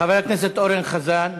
חבר הכנסת אורן חזן.